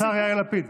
השר יאיר לפיד.